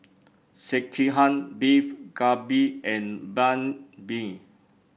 Sekihan Beef Galbi and Banh Been